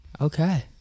okay